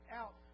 out